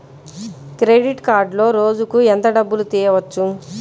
Credit కార్డులో రోజుకు ఎంత డబ్బులు తీయవచ్చు?